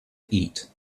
eat